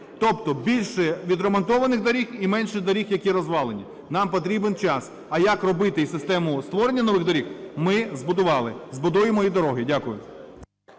Тобто більше відремонтованих доріг і менше доріг, які розвалені. Нам потрібен час. А як робити і систему створення нових доріг, ми збудували, збудуємо і дороги. Дякую.